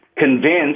convinced